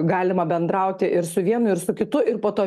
galima bendrauti ir su vienu ir su kitu ir po to